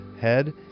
head